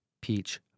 Peach